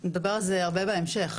נדבר על זה הרבה בהמשך,